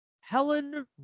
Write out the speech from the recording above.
Helen